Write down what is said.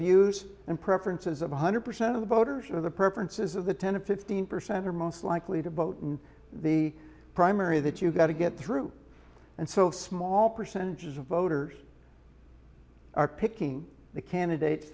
views and preferences of one hundred percent of the voters for the purposes of the ten to fifteen percent are most likely to vote in the primary that you've got to get through and so small percentages of voters are picking the candidates